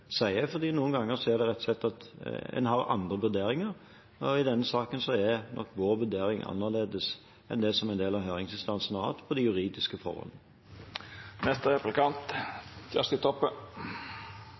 sier. Noen ganger er det rett og slett at en har andre vurderinger, og i denne saken er nok vår vurdering annerledes enn det som en del av høringsinstansene har hatt av de juridiske